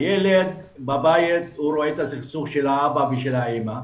הילד בבית רואה את הסכסוך של הבא ושל האימא,